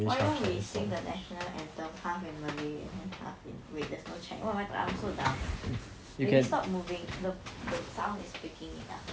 why don't we sing the national anthem half in malay and then half in wait there's no chinese what am I talking I'm so dumb baby stop moving the the sound is picking it up